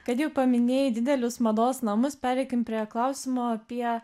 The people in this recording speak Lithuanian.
kad jau paminėjai didelius mados namus pereikim prie klausimo apie